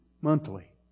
monthly